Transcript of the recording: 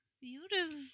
Beautiful